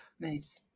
Nice